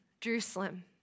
Jerusalem